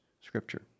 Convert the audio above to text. scripture